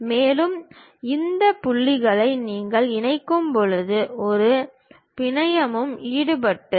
மேலும் இந்த புள்ளிகளை நீங்கள் இணைக்கும்போது ஒரு பிணையமும் ஈடுபடும்